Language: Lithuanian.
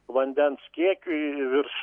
vandens kiekiui virš